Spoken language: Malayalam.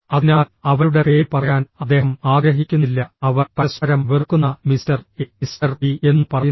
അതിനാൽ അവരുടെ പേര് പറയാൻ അദ്ദേഹം ആഗ്രഹിക്കുന്നില്ല അവർ പരസ്പരം വെറുക്കുന്ന മിസ്റ്റർ എ മിസ്റ്റർ ബി എന്ന് പറയുന്നു